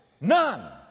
None